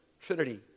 Trinity